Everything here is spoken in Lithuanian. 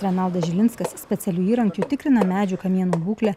renaldas žilinskas specialiu įrankiu tikrina medžių kamienų būklę